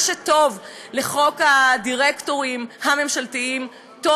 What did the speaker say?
מה שטוב לחוק הדירקטורים הממשלתיים טוב